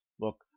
Look